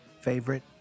favorite